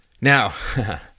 Now